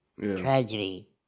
tragedy